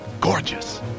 gorgeous